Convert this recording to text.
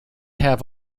have